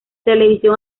televisión